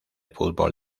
fútbol